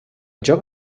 joc